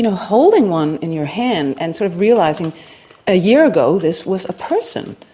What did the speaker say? and holding one in your hand and sort of realising a year ago this was a person,